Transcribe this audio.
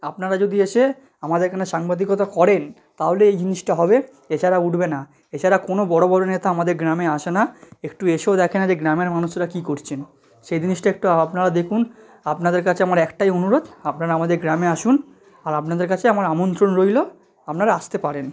আপনারা যদি এসে আমাদের এখানে সাংবাদিকতা করেন তাহলে এই জিনিসটা হবে এছাড়া উঠবে না এছাড়া কোনো বড় বড় নেতা আমাদের গ্রামে আসে না একটু এসেও দেখে না যে গ্রামের মানুষেরা কী করছেন সেই জিনিসটা একটু আপনারা দেখুন আপনাদের কাছে আমার একটাই অনুরোধ আপনারা আমাদের গ্রামে আসুন আর আপনাদের কাছে আমার আমন্ত্রণ রইল আপনারা আসতে পারেন